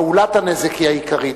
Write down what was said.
בנזיקין פעולת הנזק היא העיקרית,